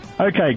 Okay